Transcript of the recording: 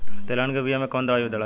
तेलहन के बिया मे कवन दवाई डलाई?